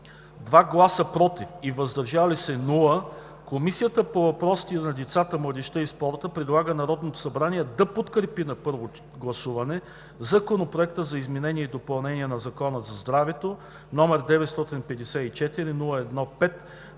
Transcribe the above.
2 гласа „против“, без „въздържал се“ Комисията по въпросите на децата, младежта и спорта предлага на Народното събрание да подкрепи на първо гласуване Законопроект за изменение и допълнение на Закона за здравето, № 954-01-5,